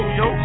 yo